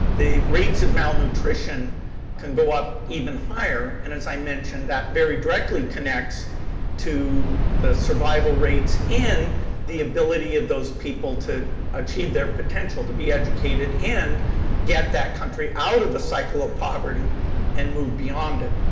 the rates of malnutrition can go up even higher. and as i mentioned, that very directly connects to the survival rates and the ability of those people to achieve their potential, to be educated and get that country out of the cycle of poverty and move beyond it.